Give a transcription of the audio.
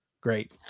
Great